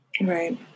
Right